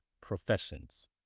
professions